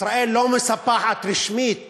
ישראל לא מספחת רשמית